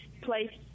place